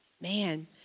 Man